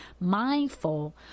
mindful